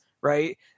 right